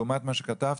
לעומת מה שכתבתם,